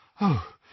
Oh